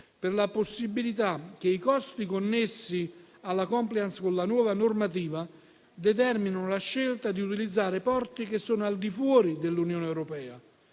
per la possibilità che i costi connessi alla *compliance* con la nuova normativa determinino la scelta di utilizzare porti che sono al di fuori dell'Unione europea.